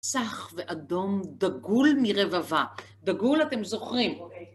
צח ואדום, דגול מרבבה, דגול אתם זוכרים.